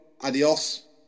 Adios